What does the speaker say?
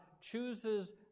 chooses